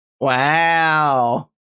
Wow